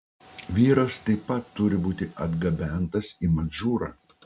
vyras taip pat turi būti atgabentas į madžūrą